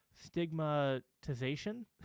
stigmatization